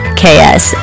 ks